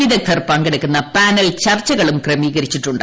വിദഗ്ദ്ധർ പങ്കെടുക്കുന്ന പാനൽ ചർച്ചകളും ക്രിമ്പീക്ർിച്ചിട്ടുണ്ട്